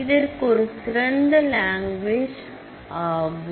இதற்கு இது ஒரு சிறந்த லாங்குவேஜ் ஆகும்